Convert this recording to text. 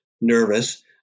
nervous